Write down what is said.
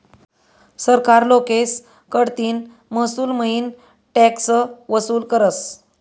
सरकार लोकेस कडतीन महसूलमईन टॅक्स वसूल करस